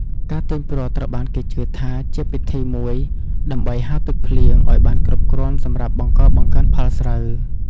ការទាញព្រ័ត្រត្រូវបានគេជឿថាជាពិធីមួយដើម្បី ហៅទឹកភ្លៀង ឱ្យបានគ្រប់គ្រាន់សម្រាប់បង្កបង្កើនផលស្រូវ។